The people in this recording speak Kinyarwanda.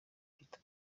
ahita